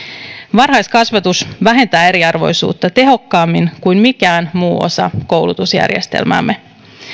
varhaiskasvatus vähentää eriarvoisuutta tehokkaammin kuin mikään muu osa koulutusjärjestelmäämme